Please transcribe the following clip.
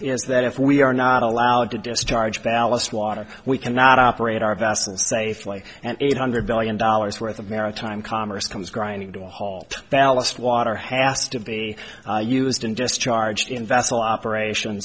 is that if we are not allowed to discharge ballast water we cannot operate our vessels safely and eight hundred billion dollars worth of maritime commerce comes grinding to a halt ballast water has to be used and just charged in vessel operation